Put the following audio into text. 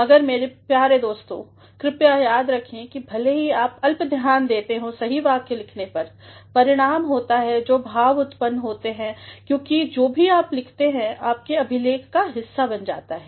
मगर मेरे प्रिय दोस्तों कृपया याद रखें कि भले ही हम अल्प ध्यान देते हैं सही वाक्य लिखने पर परिणाम होता है जो भाव उत्पन्न होते हैंक्योंकि जो भी आप लिखते हैं आपके अभिलेख का हिस्सा बन जाता है